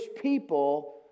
people